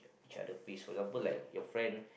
each other pace for example like your friend